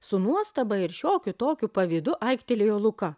su nuostaba ir šiokiu tokiu pavydu aiktelėjo luka